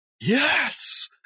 yes